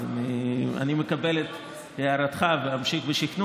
אני מקבל את הערתך ואמשיך בשכנוע,